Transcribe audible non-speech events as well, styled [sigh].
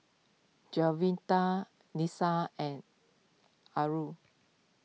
Juwita Lisa and [unintelligible]